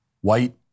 white